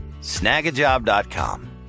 snagajob.com